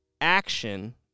Action